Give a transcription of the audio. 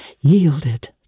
yielded